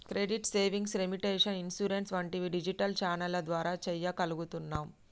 credit, savings, remittance, insurance వంటివి digital ఛానెల్ల ద్వారా చెయ్యగలుగుతున్నాం